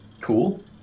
cool